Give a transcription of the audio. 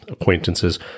acquaintances